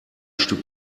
stück